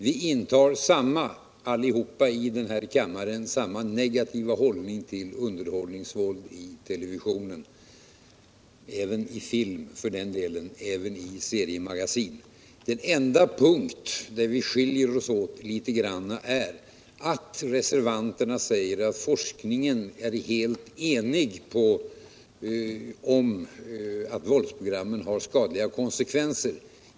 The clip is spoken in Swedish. Vi intar — allihop i den här kammaren —- samma negativa hållning till underhållningsvåld i television och för den delen även på film och i seriemagasin. Den enda punkt där vi skiljer oss åt litet grand är när reservanterna säger att forskningen är helt enig om att våldsprogrammen har skadliga konsekvenser.